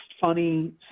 funny